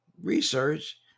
research